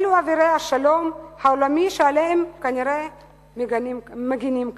אלו אבירי השלום העולמי שעליהם כנראה מגינים כאן.